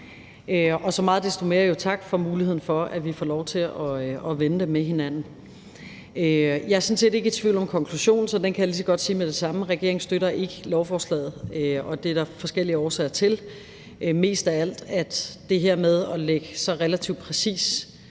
og så meget desto mere vil jeg sige tak for muligheden for, at vi får lov til at vende det med hinanden. Jeg er sådan set ikke i tvivl om konklusionen, så den kan jeg lige så godt sige med det samme: Regeringen støtter ikke beslutningsforslaget. Det er der forskellige årsager til, mest af alt det her med at lægge så relativt præcis